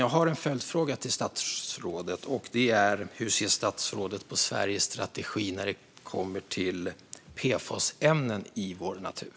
Jag har en följdfråga till statsrådet: Hur ser statsrådet på Sveriges strategi när det kommer till PFAS-ämnen i vår natur?